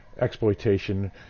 exploitation